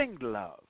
love